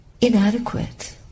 inadequate